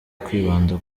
kwibanda